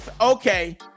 okay